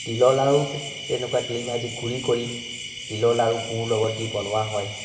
তিলৰ লাৰুও তেনেকুৱা তিল ভাজি গুড়ি কৰি তিলৰ লাৰু গুড় লগত দি বনোৱা হয়